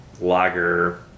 lager